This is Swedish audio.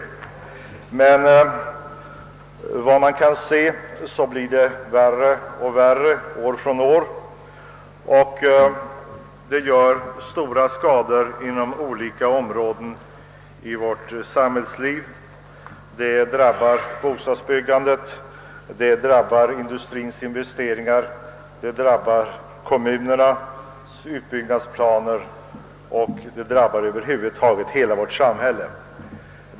Efter vad man kan se blir situationen emellertid allt värre år från år och vållar därmed stora skador på olika områden av vårt samhällsliv. Bostadsbyggandet, industriens investeringar, kommunernas utbyggnadsplaner och över huvud taget hela vårt samhälle drabbas därav.